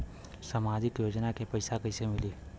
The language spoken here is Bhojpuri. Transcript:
सामाजिक योजना के पैसा कइसे मिली?